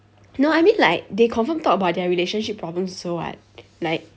no I mean like they confirm talk about their relationship problems also [what] like